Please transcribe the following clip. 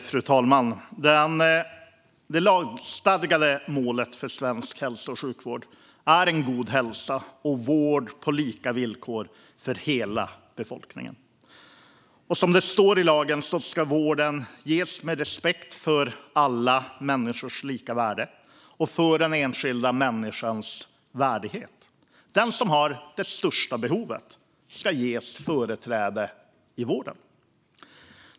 Fru talman! Det lagstadgade målet för svensk hälso och sjukvård är god hälsa och vård på lika villkor för hela befolkningen. Som det står i lagen ska vården ges med respekt för alla människors lika värde och för den enskilda människans värdighet. Den som har det största behovet ska ges företräde i vården.